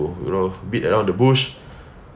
you know beat around the bush